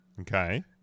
Okay